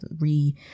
re